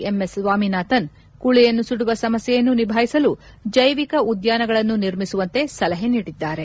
M S Swaminathan ಕೂಳೆಯನ್ನು ಸುಡುವ ಸಮಸ್ನೆಯನ್ನು ನಿಭಾಯಿಸಲು ಜೈವಿಕ ಉದ್ಗಾನಗಳನ್ನು ನಿರ್ಮಿಸುವಂತೆ ಸಲಹೆ ನೀಡಿದ್ದಾರೆ